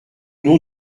nom